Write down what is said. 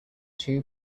two